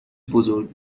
بزرگ